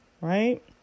right